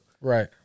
Right